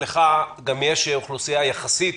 לך באשדוד גם יש אוכלוסייה חרדית גדולה יחסית